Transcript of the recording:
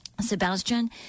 Sebastian